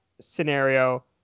scenario